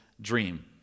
dream